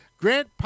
Grant